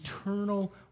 eternal